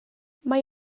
mae